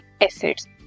acids